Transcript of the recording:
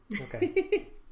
Okay